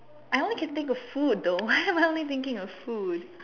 I only can think of food though why am I only thinking of food